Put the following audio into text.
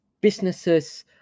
Businesses